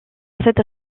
cette